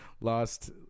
lost